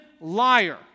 liar